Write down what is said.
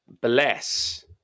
bless